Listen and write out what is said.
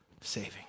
saving